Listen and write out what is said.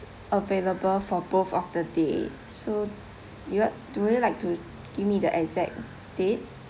available for both of the date so do you what d~ would you like to give me the exact date